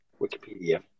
Wikipedia